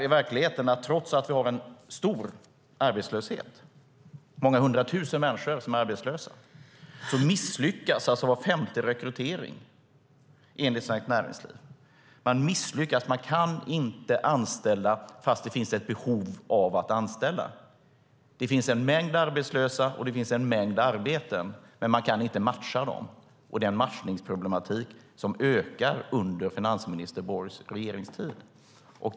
I verkligheten är det så här: Trots att vi har en stor arbetslöshet - det är många hundra tusen människor som är arbetslösa - misslyckas var femte rekrytering, enligt Svenskt Näringsliv. Man misslyckas. Man kan inte anställa fast det finns ett behov av att anställa. Det finns en mängd arbetslösa, och det finns en mängd arbeten. Men man kan inte matcha dem. Det är en matchningsproblematik som ökar under finansminister Borgs regeringstid.